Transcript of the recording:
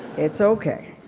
it's okay.